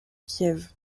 kiev